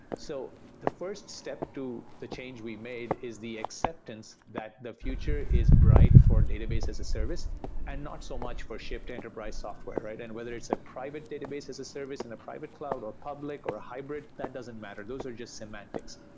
so the first step to the change we made is the acceptance that the future is bright for database as a service and not so much for shipped enterprise software. and whether it's a private database as a service and a private cloud or public or a hybrid, that doesn't matter, those are just semantics.